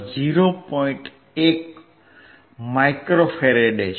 1 microfarad છે